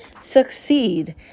succeed